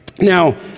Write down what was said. Now